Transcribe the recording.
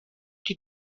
die